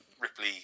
ripley